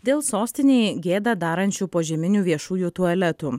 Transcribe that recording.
dėl sostinei gėdą darančių požeminių viešųjų tualetų